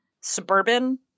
suburban